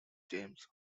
james